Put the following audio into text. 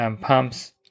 pumps